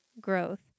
growth